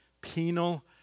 Penal